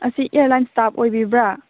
ꯑꯁꯤ ꯏꯌꯥꯔ ꯂꯥꯏꯟꯁ ꯏꯁꯇꯥꯐ ꯑꯣꯏꯕꯤꯕ꯭ꯔꯥ